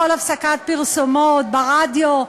בכל הפסקת פרסומות ברדיו,